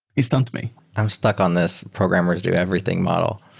it stumped me i'm stuck on this programmers do everything model.